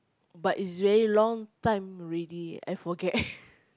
but is very long time already I forget